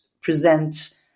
present